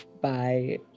bye